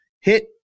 hit